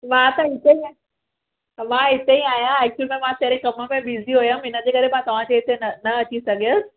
मां त हिते ई आहियां मां हिते ई आहियां एक्चुअली मां कहिड़े कम में बिज़ी हुयमि इनजे करे मां तव्हांजे हिते न न अची सघियसि